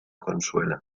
consuela